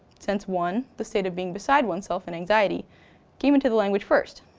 sense one the state of being beside one's self and anxiety came into the language first.